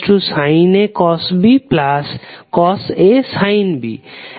তো sin AB A cosBcosA sin B